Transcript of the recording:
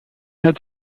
had